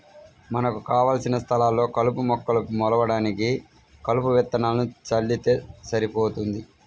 మనకు కావలసిన స్థలాల్లో కలుపు మొక్కలు మొలవడానికి కలుపు విత్తనాలను చల్లితే సరిపోతుంది